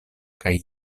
kaj